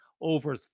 over